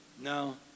No